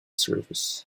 services